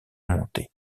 montaient